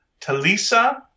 Talisa